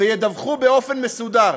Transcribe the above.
וידווחו באופן מסודר,